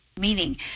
meaning